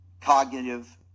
cognitive